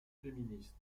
féministe